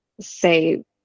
say